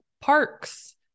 parks